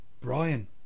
Brian